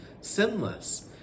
sinless